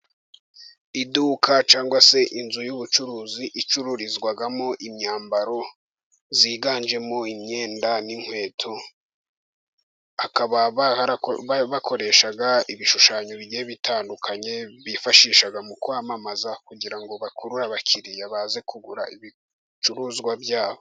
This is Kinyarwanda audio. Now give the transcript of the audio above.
Iduka cyangwa se inzu y'ubucuruzi, icururizwamo imyambaro yiganjemo imyenda n'inkweto. Bakaba bakoresha ibishushanyo bigiye bitandukanye bifashisha mu kwamamaza, kugira ngo bakurure abakiriya baze kugura ibicuruzwa byabo.